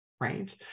right